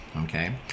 Okay